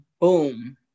boom